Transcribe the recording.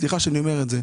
סליחה שאני אומר את זה,